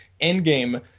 Endgame